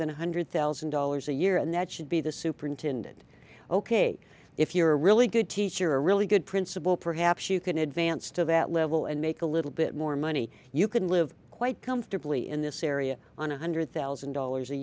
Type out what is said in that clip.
than one hundred thousand dollars a year and that should be the superintendent ok if you're a really good teacher a really good principal perhaps you can advance to that level and make a little bit more money you can live quite comfortably in this area on a hundred thousand dollars a